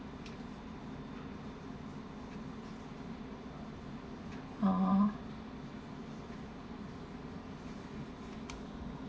(uh huh)